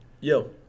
Yo